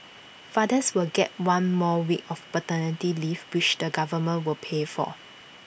fathers will get one more week of paternity leave which the government will pay for